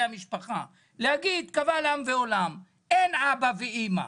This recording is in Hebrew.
המשפחה להגיד קבל עם ועולם שאין אבא ואימא,